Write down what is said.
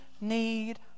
need